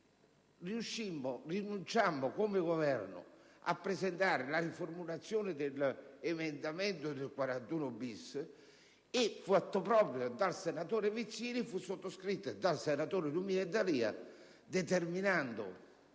D'Alia, rinunciammo come Governo a presentare la riformulazione dell'emendamento sul 41-*bis*, che, fatto proprio dal senatore Vizzini, fu sottoscritto dai senatori Lumia e D'Alia determinando